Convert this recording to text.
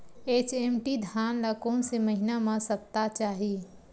HMT धान ल कोन से महिना म सप्ता चाही?